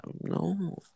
no